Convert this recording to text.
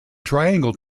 triangle